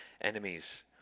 enemies